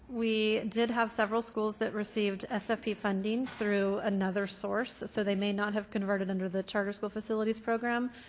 we did have several schools that received sfp funding through another source so they may not have converted under the charter school facilities program,